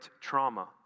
trauma